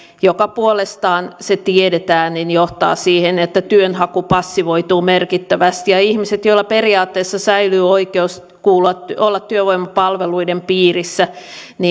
joka puolestaan se tiedetään johtaa siihen että työnhaku passivoituu merkittävästi ja ihmiset joilla periaatteessa säilyy oikeus olla työvoimapalveluiden piirissä